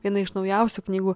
viena iš naujausių knygų